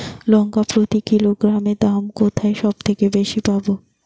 লঙ্কা প্রতি কিলোগ্রামে দাম কোথায় সব থেকে বেশি পাব?